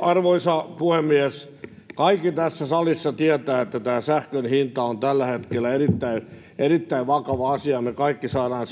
Arvoisa puhemies! Kaikki tässä salissa tietävät, että tämä sähkön hinta on tällä hetkellä erittäin vakava asia, ja me kaikki saadaan